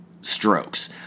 strokes